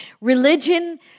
Religion